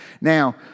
Now